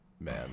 man